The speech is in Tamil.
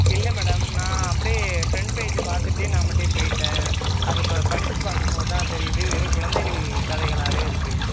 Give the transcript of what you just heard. இல்லை மேடம் நான் அப்படியே ஃப்ரன்ட் பேஜ் பார்த்துட்டு நான் பாட்டையே போயிவிட்டேன் அது இப்போ படிச்சு பார்க்கும்போது தான் தெரியிது வெறும் குழந்தைகள் கதைகளாகவே இருக்கு